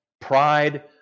Pride